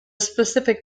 specific